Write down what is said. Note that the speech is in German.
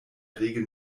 regel